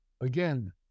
again